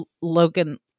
Logan